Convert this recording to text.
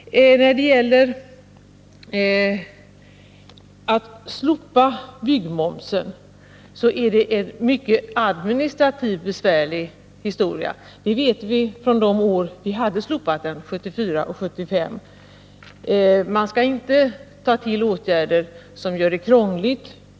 Att slopa byggmomsen är en mycket besvärlig adminstrativ Nr 93 historia. Det vet vi från år 1974 och 1975, då vi slopade den. Man skall inte ta Onsdagen den till åtgärder som gör det krångligt för människorna.